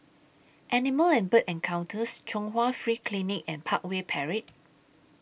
Animal and Bird Encounters Chung Hwa Free Clinic and Parkway Parade